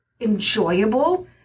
enjoyable